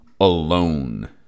alone